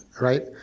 right